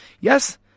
Yes